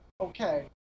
okay